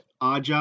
Aja